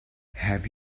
have